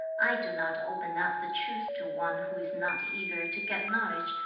i do not open up the truth to one who is not eager to get knowledge,